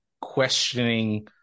questioning